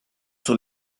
sur